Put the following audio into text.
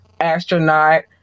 astronaut